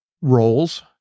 roles